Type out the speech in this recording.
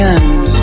end